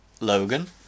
Logan